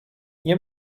nie